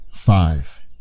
five